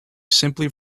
simply